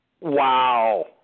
Wow